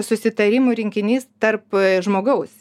susitarimų rinkinys tarp žmogaus